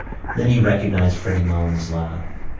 then he recognised freddy malins' laugh.